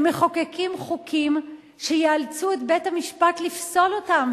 הם מחוקקים חוקים שיאלצו את בית-המשפט לפסול אותם,